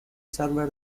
server